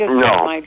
No